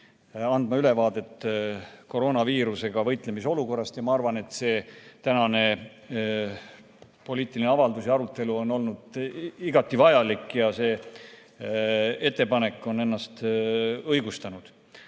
andma ülevaadet koroonaviirusega võitlemise olukorrast. Ma arvan, et see tänane poliitiline avaldus ja arutelu on olnud igati vajalik ja see ettepanek on ennast õigustanud.